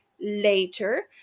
later